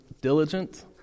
diligent